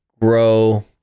grow